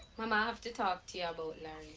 momma, i have to talk to ah but